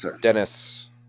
Dennis